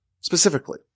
specifically